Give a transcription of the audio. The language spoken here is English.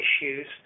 issues